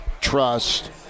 trust